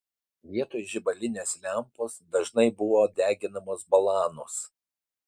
vietoj žibalinės lempos dažnai buvo deginamos balanos